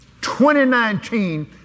2019